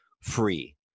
free